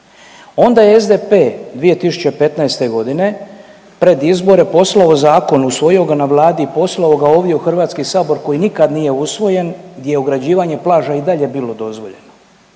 Onda je SDP 2015.g. pred izbore poslao zakon, usvojio ga na Vladi i poslao ga ovdje u HS koji nikad nije usvojen gdje je ograđivanje plaža i dalje bilo dozvoljeno.